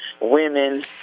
women